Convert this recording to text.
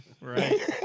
Right